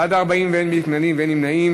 בעד, 40, אין מתנגדים ואין נמנעים.